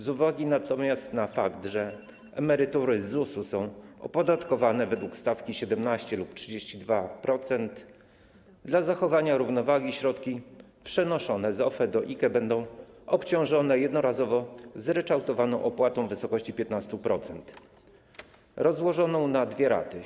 Z uwagi natomiast na fakt, że emerytury z ZUS-u są opodatkowane według stawki 17% lub 32%, dla zachowania równowagi środki przenoszone z OFE do IKE będą obciążone jednorazowo zryczałtowaną opłatą w wysokości 15%, rozłożoną na dwie raty.